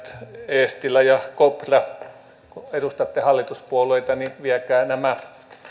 eestilä ja kopra kun edustatte hallituspuolueita että viekää nämä